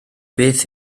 beth